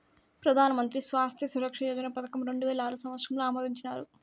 పెదానమంత్రి స్వాస్త్య సురక్ష యోజన పదకం రెండువేల ఆరు సంవత్సరంల ఆమోదించినారు